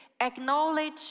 acknowledge